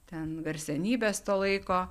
ten garsenybės to laiko